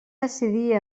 decidir